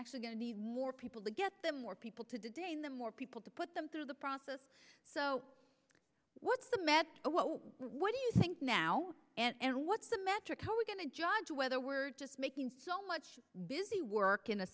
actually going to need more people to get them more people to detain them more people to put them through the process so what's the matter what do you think now and what's the metric how we're going to judge whether we're just making so much busy work in a